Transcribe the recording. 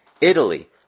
Italy